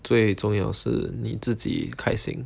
最重要是你自己开心